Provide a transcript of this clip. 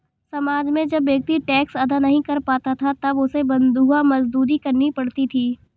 समाज में जब व्यक्ति टैक्स अदा नहीं कर पाता था तब उसे बंधुआ मजदूरी करनी पड़ती थी